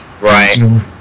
Right